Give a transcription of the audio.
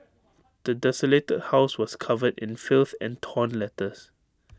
the desolated house was covered in filth and torn letters